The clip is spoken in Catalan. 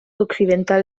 occidental